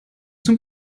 zum